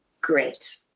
great